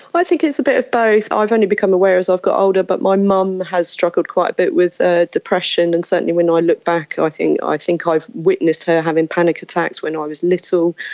but i think it's a bit of both. ah i've only become aware as i've got older but my mum has struggled quite a bit with ah depression, and certainly when i look back i think i think i've witnessed her having panic attacks when i was little.